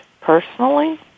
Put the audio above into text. personally